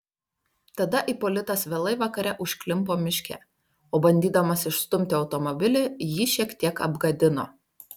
tada ipolitas vėlai vakare užklimpo miške o bandydamas išstumi automobilį jį šiek tiek apgadino